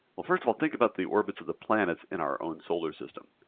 well first of all, think about the orbits of the planets in our own solar system.